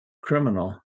criminal